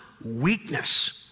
weakness